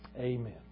Amen